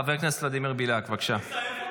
חבר הכנסת ולדימיר בליאק, בבקשה.